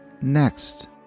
Next